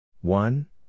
one